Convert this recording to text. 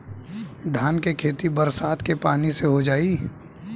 धान के खेती बरसात के पानी से हो जाई?